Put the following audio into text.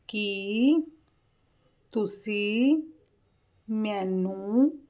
ਕੀ ਤੁਸੀਂ ਮੈਨੂੰ